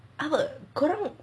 apa korang